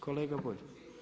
Kolega Bulj.